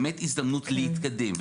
באמת הזדמנות להתקדם.